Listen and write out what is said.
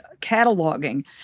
cataloging